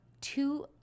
two